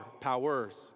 powers